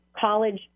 college